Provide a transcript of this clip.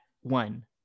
one